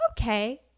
okay